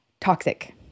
toxic